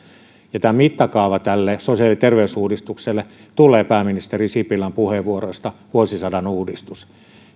ja tämä mittakaava tälle sosiaali ja terveysuudistukselle tulee pääministeri sipilän puheenvuoroista vuosisadan uudistus